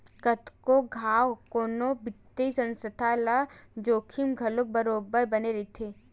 कतको घांव कोनो बित्तीय संस्था ल जोखिम घलो बरोबर बने रहिथे